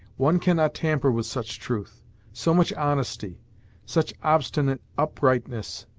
one cannot tamper with such truth so much honesty such obstinate uprightness!